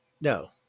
No